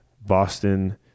Boston